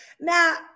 Now